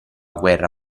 guerra